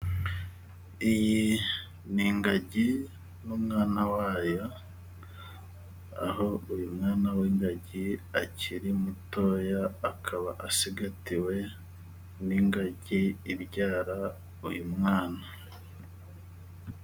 Iyi ni ingagi n'umwana wayo, aho uyu mwana w'ingagi akiri mutoya akaba asigawe n'ingagi ibyara uyu mwana.